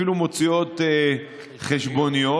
והן אפילו מוציאות חשבוניות.